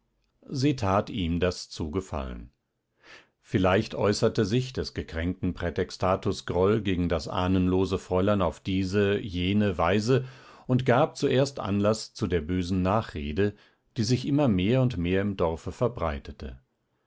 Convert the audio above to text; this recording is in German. sie tat ihm das zu gefallen vielleicht äußerte sich des gekränkten prätextatus groll gegen das ahnenlose fräulein auf diese jene weise und gab zuerst anlaß zu der bösen nachrede die sich immer mehr und mehr im dorfe verbreitete